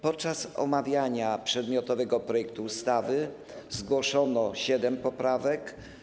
Podczas omawiania przedmiotowego projektu ustawy zgłoszono siedem poprawek.